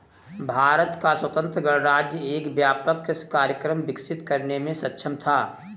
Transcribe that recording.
भारत का स्वतंत्र गणराज्य एक व्यापक कृषि कार्यक्रम विकसित करने में सक्षम था